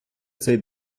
цей